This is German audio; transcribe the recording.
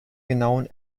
genauen